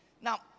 Now